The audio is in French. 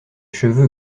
cheveux